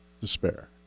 despair